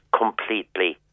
completely